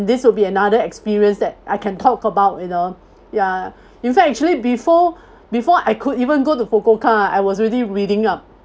this will be another experience that I can talk about you know ya in fact actually before before I could even go to fukuoka I was already reading up